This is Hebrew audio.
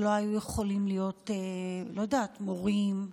שלא היו יכולים להיות, לא יודעת, מורים,